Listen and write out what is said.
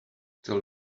till